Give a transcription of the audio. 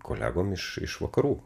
kolegom iš iš vakarų